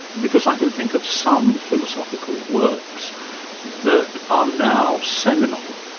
because i can think of some philosophical works that are now seminal,